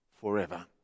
forever